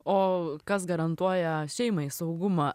o kas garantuoja šeimai saugumą